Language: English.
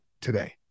today